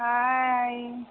hi